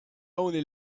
only